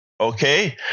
Okay